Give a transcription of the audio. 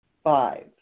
Five